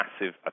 massive